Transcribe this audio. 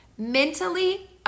mentally